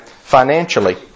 financially